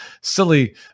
silly